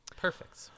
Perfect